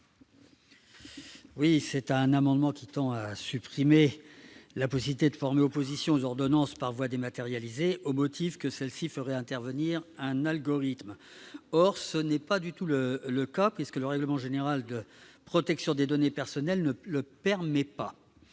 ? Cet amendement tend à supprimer la possibilité de former opposition aux ordonnances par voie dématérialisée, au motif que celle-ci ferait intervenir un algorithme. Or ce n'est pas du tout le cas, puisque le règlement général sur la protection des données personnelles ne le permet pas.